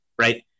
right